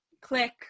click